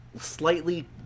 slightly